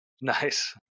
nice